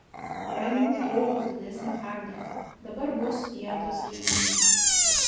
paėmiau iš draugo didesnį hardą dabar bus vietos geiminimui